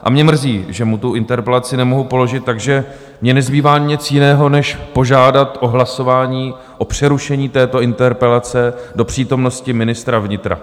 A mě mrzí, že mu tu interpelaci nemohu položit, takže mně nezbývá nic jiného než požádat o hlasování o přerušení této interpelace do přítomnosti ministra vnitra.